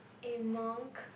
in monk